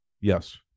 yes